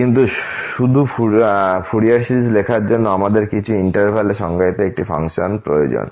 কিন্তু শুধু Fourier series লেখার জন্য আমাদের কিছু ইন্টারভ্যাল এ সংজ্ঞায়িত একটি ফাংশন প্রয়োজন